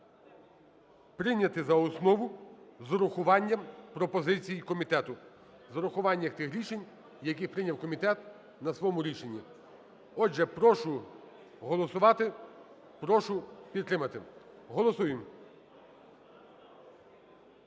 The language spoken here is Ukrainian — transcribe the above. прийняти за основу з урахуванням пропозицій комітету, з урахуванням тих рішень, які прийняв комітет на своєму рішенні. Отже, прошу голосувати, прошу підтримати. Голосуємо.